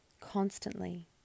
Constantly